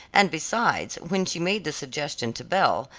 and besides when she made the suggestion to belle,